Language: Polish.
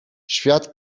świat